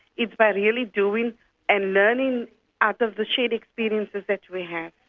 it's by really doing and learning out of the shared experiences that we have.